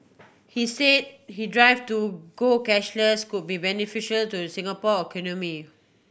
he say he drive to go cashless could be beneficial to Singapore economy